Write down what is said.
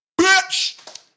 bitch